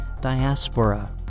diaspora